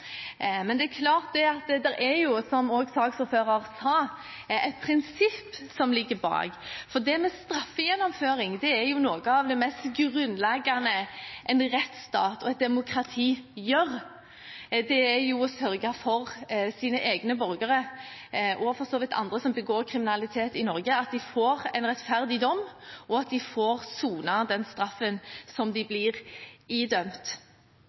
Men det er klart at det er, som også saksordføreren sa, et prinsipp som ligger bak, for det med straffegjennomføring er jo noe av det mest grunnleggende en rettsstat og et demokrati gjør – det å sørge for at ens egne borgere, og for så vidt andre som begår kriminalitet i Norge, får en rettferdig dom, og at de får sone den straffen som de blir idømt.